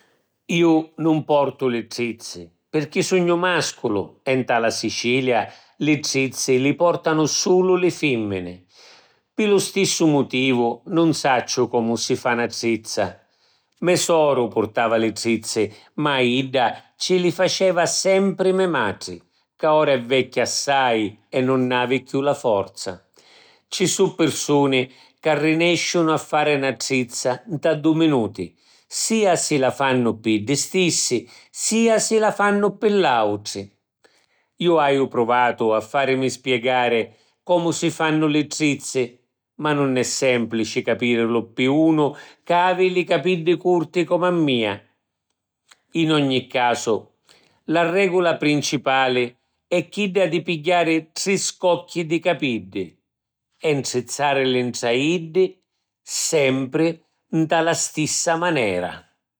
Ju nun portu li trizzi pirchì sugnu màsculu e nta la Sicilia li trizzi li portanu sulu li fìmmini. Pi lu stissu mutivu, nun sacciu comu si fa na trizza. Me soru purtava li trizzi, ma a idda ci li faceva sempri me matri ca ora è vecchia assai e nun havi chiù la forza. Ci su’ pirsuni ca rinèsciunu a fari na trizza nta du’ minuti, sia si la fannu pi iddi stissi, sia si la fannu pi l’àutri. Ju haiu pruvatu a fàrimi spiegari comu si fannu li trizzi ma nun è sèmplici capìrilu pi unu ca havi li capiddi curti comu a mia. In ogni casu, la règula principali è chidda di pigghiari tri scocchi di capiddi e ntrizzàrili ntra iddi sempri nta la stissa manera.